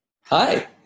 Hi